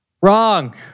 Wrong